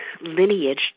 lineage